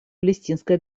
палестинской